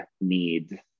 need